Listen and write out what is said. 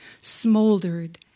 smoldered